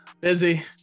Busy